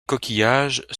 coquillages